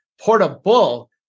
Portable